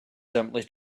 simply